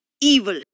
evil